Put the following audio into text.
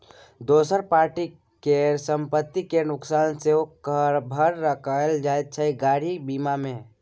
दोसर पार्टी केर संपत्ति केर नोकसान सेहो कभर कएल जाइत छै गाड़ी बीमा मे